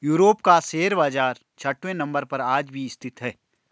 Europe का share बाजार छठवें नम्बर पर आज भी स्थित है